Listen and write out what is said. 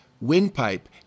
windpipe